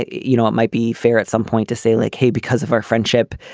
you know, it might be fair at some point to say, like, hey, because of our friendship,